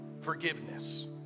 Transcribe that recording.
forgiveness